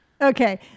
Okay